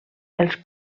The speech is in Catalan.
els